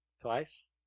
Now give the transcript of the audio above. twice